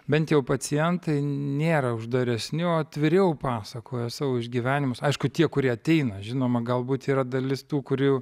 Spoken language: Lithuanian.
bent jau pacientai nėra uždaresni o atviriau pasakoja savo išgyvenimus aišku tie kurie ateina žinoma galbūt yra dalis tų kurių